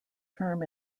term